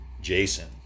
Jason